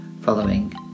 following